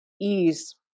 ease